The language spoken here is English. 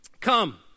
Come